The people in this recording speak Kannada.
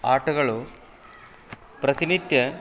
ಆಟಗಳು ಪ್ರತಿನಿತ್ಯ